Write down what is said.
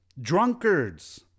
drunkards